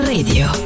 Radio